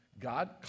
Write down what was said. God